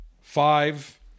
five